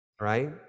Right